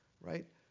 right